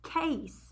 case